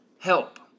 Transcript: Help